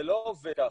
זה לא עובד ככה.